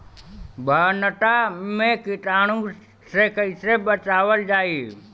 भनटा मे कीटाणु से कईसे बचावल जाई?